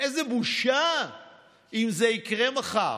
איזו בושה אם זה יקרה מחר.